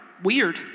Weird